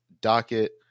docket